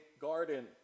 garden